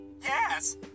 Yes